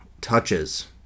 touches